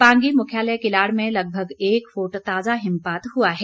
पांगी मुख्यालय किलाड़ में लगभग एक फुट हिमपात हुआ है